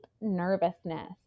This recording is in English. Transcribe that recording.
nervousness